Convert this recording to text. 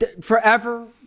forever